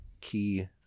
key